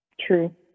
True